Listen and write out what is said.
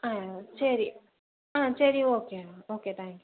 ஆ சரி ஆ சரி ஓகேம்மா ஓகே தேங்க் யூ